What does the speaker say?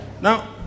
Now